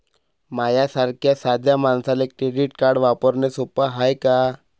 माह्या सारख्या साध्या मानसाले क्रेडिट कार्ड वापरने सोपं हाय का?